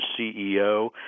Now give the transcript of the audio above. CEO